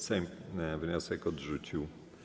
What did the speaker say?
Sejm wniosek odrzucił.